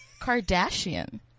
Kardashian